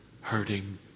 hurting